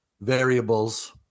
variables